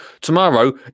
Tomorrow